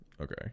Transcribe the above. Okay